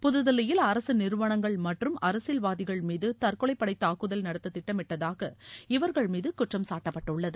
புதுதில்லயில் அரசு நிறுவனங்கள் மற்றும் அரசியல்வாதிகள் மீது தற்கொலைப் படை தாக்குதல் நடத்த திட்டமிட்டதாக இவர்கள் மீது குற்றம்சாட்டப்பட்டுள்ளது